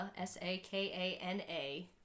S-A-K-A-N-A